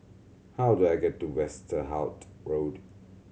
how do I get to Westerhout Road